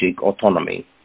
autonomy